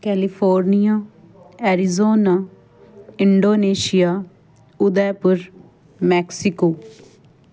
California Arizona Indonesia Udaipur Mexico